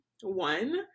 one